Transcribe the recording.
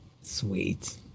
sweet